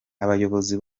abayobozi